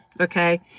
okay